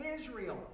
Israel